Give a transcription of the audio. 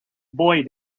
boy